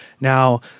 Now